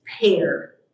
pair